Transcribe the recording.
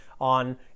on